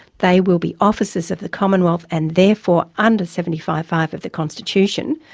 they will be officers of the commonwealth and therefore under seventy five five of the constitution,